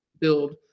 build